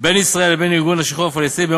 בין ישראל לבין ארגון השחרור הפלסטיני,